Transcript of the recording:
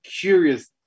curious